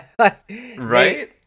Right